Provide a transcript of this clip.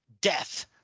Death